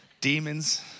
demons